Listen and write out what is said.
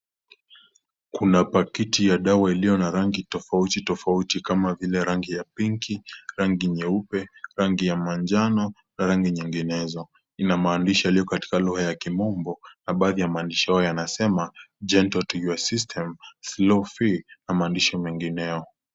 Kuna pakiti ya dawa iliyo na rangi tofauti tofauti, kama vile pinki, rangi nyeupe, rangi ya manjano, na rangi nyiginezo, ina maandishi yalio katika lugha ya kimombo, na baadhi ya maandishi hayo yaasema, (cs)Gental to your system, flaw free(cs), na maandishi mengineo.